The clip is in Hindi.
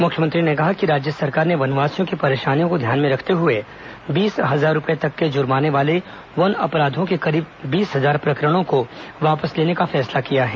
मुख्यमंत्री ने कहा कि राज्य सरकार ने वनवासियों की परेशानियों को ध्यान में रखते हुए बीस हजार रूपये तक के जुर्माने वाले वन अपराधों के करीब बीस हजार प्रकरणों को वापस लेने का फैसला किया है